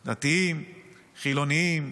דתיים, חילוניים,